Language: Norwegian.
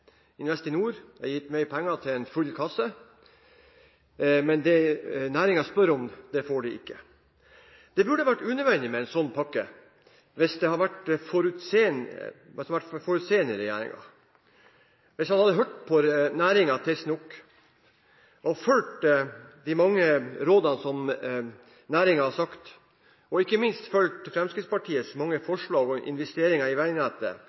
Investinor har gitt mer penger til en full kasse, men det næringen spør om, får de ikke. Det burde vært unødvendig med en sånn pakke, hvis regjeringen hadde vært forutseende – hvis man hadde hørt på næringen tidsnok, og fulgt de mange rådene som næringen har gitt, og ikke minst fulgt Fremskrittspartiets mange forslag om investeringer i veinettet